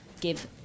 give